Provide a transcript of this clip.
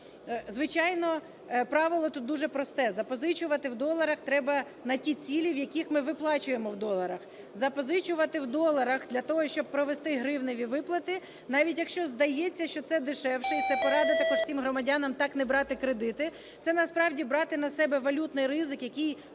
Звичайно, правило тут дуже просте: запозичувати в доларах треба на ті цілі, в яких ми виплачуємо в доларах. Запозичувати в доларах для того, щоб провести гривневі виплати, навіть якщо здається, що це дешевше, і це порада також всім громадянам так не брати кредити, це насправді брати на себе валютний ризик, який